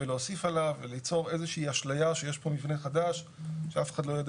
ולהוסיף עליו וליצור איזה שהיא אשליה שיש פה מבנה חדש שאף אחד לא יודע